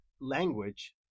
language